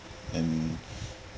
and